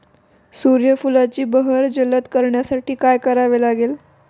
सूर्यफुलाची बहर जलद करण्यासाठी काय करावे लागेल?